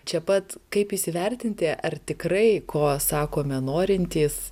čia pat kaip įsivertinti ar tikrai ko sakome norintys